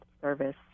service